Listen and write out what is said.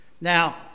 Now